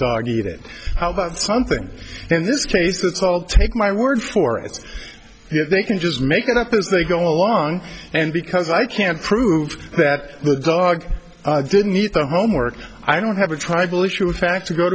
dog eat it how about something in this case it's all take my word for it if they can just make it up as they go along and because i can't prove that the dog didn't eat the homework i don't have a tribal issue in fact to go